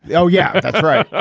yeah oh yeah that's right.